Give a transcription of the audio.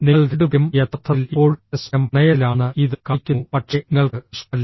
നിങ്ങൾ രണ്ടുപേരും യഥാർത്ഥത്തിൽ ഇപ്പോഴും പരസ്പരം പ്രണയത്തിലാണെന്ന് ഇത് കാണിക്കുന്നു പക്ഷേ നിങ്ങൾക്ക് ഇഷ്ടമല്ല